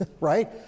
Right